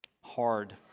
hard